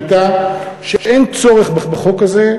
הייתה שאין צורך בחוק הזה,